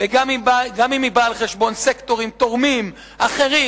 וגם אם היא באה על חשבון סקטורים תורמים אחרים,